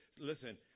Listen